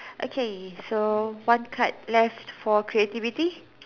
okay so one cut left for creativity